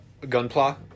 Gunpla